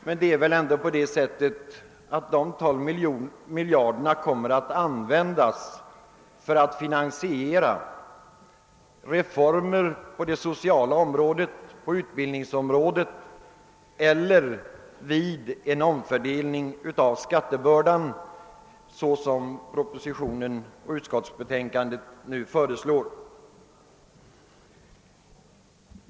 Men dessa 12 miljarder kommer väl ändå att användas för att finansiera reformer på det sociala området och på utbildningens område och för den omfördelning av skattebördan som nu föreslås i propositionen och utskottsbetänkandet.